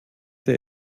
der